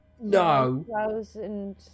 No